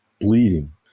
bleeding